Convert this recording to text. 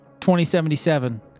2077